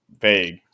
vague